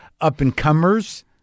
up-and-comers